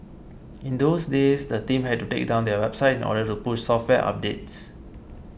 in those days the team had to take down their website in order to push software updates